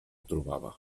trobava